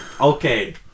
okay